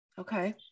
Okay